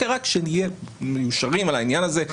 רק שנהיה מיושרים על העניין הזה,